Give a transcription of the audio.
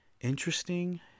interesting